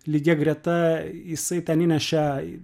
lygia greta jisai ten įnešė